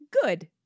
Good